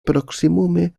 proksimume